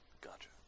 gotcha